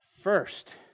first